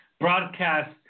broadcast